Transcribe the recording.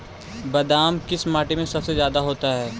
बादाम किस माटी में सबसे ज्यादा होता है?